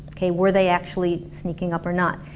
kay, were they actually sneaking up or not?